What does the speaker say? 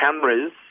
cameras